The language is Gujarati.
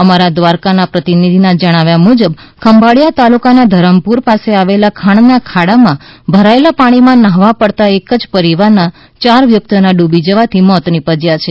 અમારા દ્વારકા પ્રતિનિધિના જણાવ્યા મૂજબ ખંભાળીયા તાલુકાના ઘરમપુર પાસે આવેલા ખાણના ખાડામાં ભરાયેલા પાણીમાં ન્હાવા પડતાં એક જ પરિવારના યાર વ્યકિતઓના ડૂબી જવાથી મોત નિપજ્યા છે